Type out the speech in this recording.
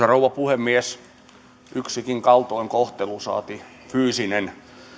rouva puhemies yksikin kaltoinkohtelu saati fyysinen